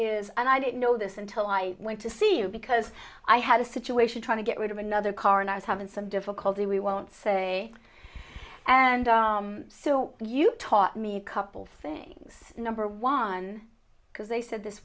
is and i didn't know this until i went to see you because i had a situation trying to get rid of another car and i was having some difficulty we won't say and so you taught me couple things number one because they said this